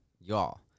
y'all